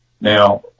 Now